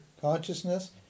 Consciousness